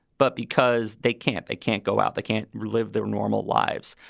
but because they can't they can't go out. they can't live their normal lives.